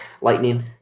lightning